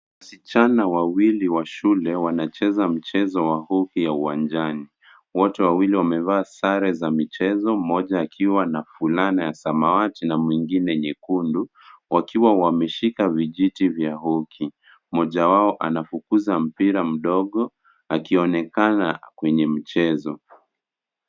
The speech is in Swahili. Wasichana wawili wa shule, wanacheza mchezo wa hockey ya uwanjani. Wote wawili wamevaa sare za michezo, mmoja akiwa na fulana ya samawati, na mwingine nyekundu, wakiwa wameshika vijiti vya hockey . Mmoja wao, anafukuza mpira mdogo, akionekana kwenye mchezo.